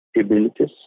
abilities